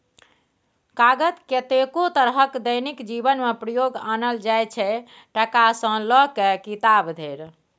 कागत कतेको तरहक दैनिक जीबनमे प्रयोग आनल जाइ छै टका सँ लए कए किताब धरि